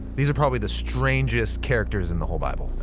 these are probably the strangest characters in the whole bible.